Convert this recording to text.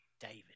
David